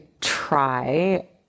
try